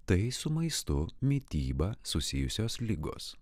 tai su maistu mityba susijusios ligos